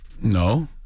No